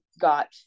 got